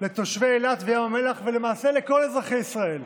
לתושבי אילת וים המלח, ולמעשה לכל אזרחי ישראל.